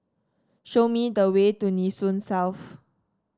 show me the way to Nee Soon South